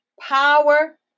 Power